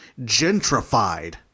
gentrified